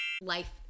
life